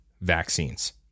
vaccines